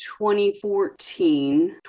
2014